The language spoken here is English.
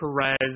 Perez